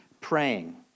praying